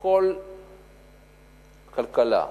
בכל כלכלה,